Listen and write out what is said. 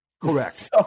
Correct